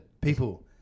people